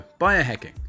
biohacking